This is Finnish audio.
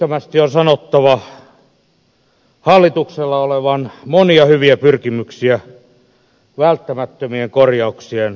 vilpittömästi on sanottava hallituksella olevan monia hyviä pyrkimyksiä välttämättömien korjauksien aikaansaamiseksi